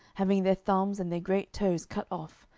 having their thumbs and their great toes cut off,